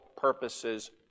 purposes